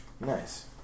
Nice